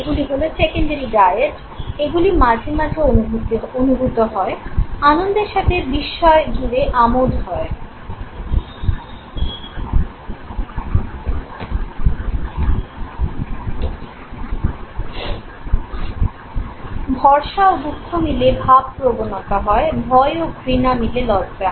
এগুলি হলো তিনটি প্রাইমারি ডায়াড